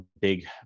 big